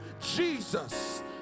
Jesus